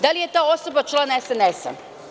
Da li je ta osoba član SNS?